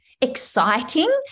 exciting